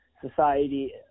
society